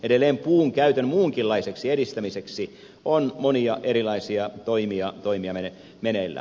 edelleen puun käytön muunkinlaiseksi edistämiseksi on monia erilaisia toimia meneillään